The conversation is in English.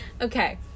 okay